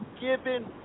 given